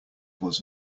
was